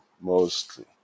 mostly